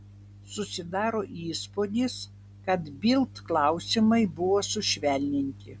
susidaro įspūdis kad bild klausimai buvo sušvelninti